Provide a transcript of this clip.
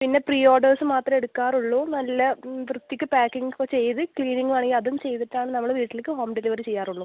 പിന്നെ pre orders മാത്രമേ എടുക്കാറുളളൂ നല്ല വൃത്തിക്ക് പാക്കിങ്ങ് ഒക്കെ ചെയ്ത് ക്ലീനിങ്ങ് വേണമെങ്കിൽ അതും ചെയ്തിട്ടാണ് നമ്മൾ വീട്ടിലേക്ക് ഹോം ഡെലിവറി ചെയ്യാറുളളൂ